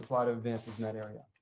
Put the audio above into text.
lot of advances in that area.